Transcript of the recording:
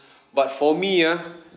but for me ah